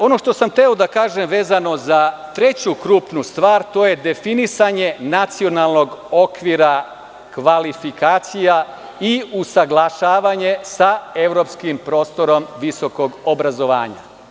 Ono što sam hteo da kažem vezano za treću krupnu stvar, to je definisanje nacionalnog okvira kvalifikacija i usaglašavanje sa evropskim prostorom visokog obrazovanja.